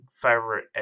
favorite